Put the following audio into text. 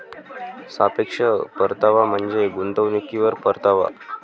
सापेक्ष परतावा म्हणजे गुंतवणुकीवर परतावा